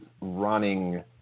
running